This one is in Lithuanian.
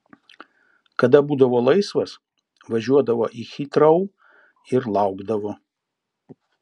tada būdavo laisvas važiuodavo į hitrou ir laukdavo